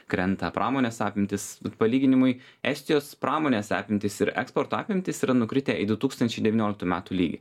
krenta pramonės apimtys palyginimui estijos pramonės apimtys ir eksporto apimtys yra nukritę į du tūkstančiai devynioliktų metų lygį